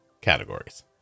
categories